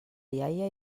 iaia